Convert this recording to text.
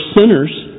sinners